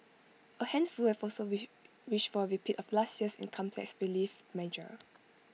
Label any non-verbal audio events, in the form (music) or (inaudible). A handful have also (unintelligible) wished for A repeat of last year's income tax relief measure